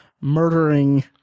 murdering